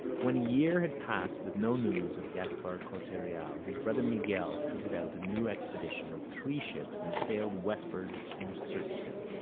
when a year had passed with no news of gaspar corte-real, his brother miguel fitted out a new expedition of three ships and sailed westward in search of him.